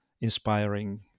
inspiring